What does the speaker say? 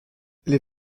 les